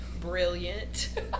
brilliant